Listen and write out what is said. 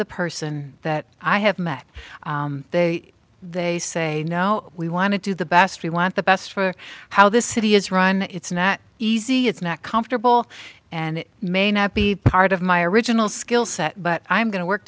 the person that i have met they they say no we want to do the best we want the best for how this city is run it's not easy it's not comfortable and it may not be part of my original skill set but i'm going to work